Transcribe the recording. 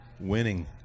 Winning